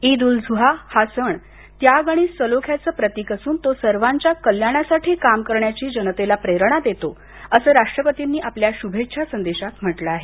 ईद अल् झुआ हा सण त्याग आणि सलोख्याचं प्रतीक असून तो सर्वांच्या कल्याणासाठी काम करण्याची लोकांना प्रेरणा देतो असं राष्ट्रपर्तींनी आपल्या शुभेच्छा संदेशात म्हटलं आहे